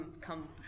come